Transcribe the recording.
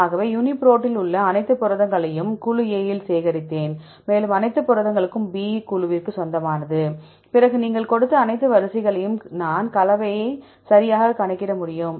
ஆகவே யூனிபிரோட்டில் உள்ள அனைத்து புரதங்களையும் குழு A இல் சேகரித்தேன் மேலும் அனைத்து புரதங்களும் B குழுவிற்கு சொந்தமானது பிறகு நீங்கள் கொடுத்த இந்த அனைத்து வரிசை களையும் நான் கலவையை சரியாக கணக்கிட முடியும்